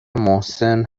محسن